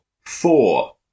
four